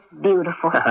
beautiful